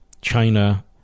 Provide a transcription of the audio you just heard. China